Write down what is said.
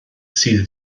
sydd